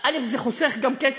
זה גם חוסך כסף,